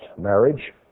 marriage